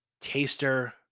Taster